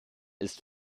ist